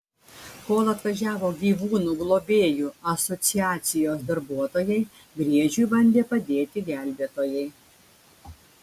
kol atvažiavo gyvūnų globėjų asociacijos darbuotojai briedžiui bandė padėti gelbėtojai